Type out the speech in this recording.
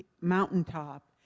mountaintop